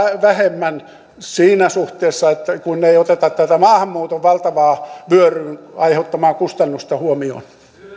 vähemmän siinä suhteessa kun ei oteta tätä maahanmuuton valtavan vyöryn aiheuttamaan kustannusta huomioon